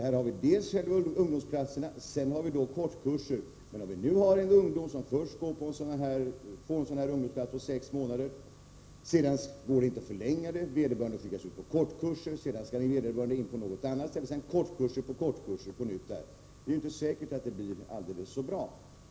Här har vi dels ungdomsplatserna, dels kortkurser. Men om en ungdom nu först får en ungdomsplats på sex månader, som inte kan förlängas, sedan skickas på någon kurs och därefter skall in på något annat ställe för att därefter på nytt genomgå kortkurs efter kortkurs, är det ju inte säkert att det blir så alldeles bra.